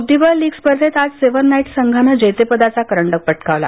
बुद्धीबळ लीग स्पर्धेंतआज seven knights संघानं जेतेपदाचा करंडक पटकावला